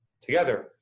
together